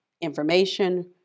information